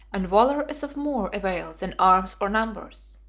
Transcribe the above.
and valor is of more avail than arms or numbers.